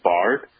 Bard